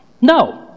No